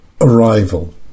Arrival